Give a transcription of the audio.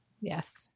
Yes